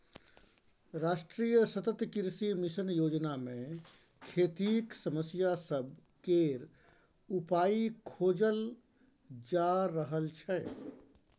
राष्ट्रीय सतत कृषि मिशन योजना मे खेतीक समस्या सब केर उपाइ खोजल जा रहल छै